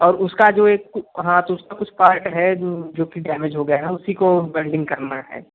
और उसका जो एक हाँ तो उसका कुछ पार्ट है जो जो कि डैमेज हो गया है उसी को वेल्डिंग करना है